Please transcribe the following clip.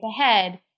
ahead